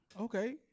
Okay